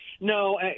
No